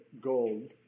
gold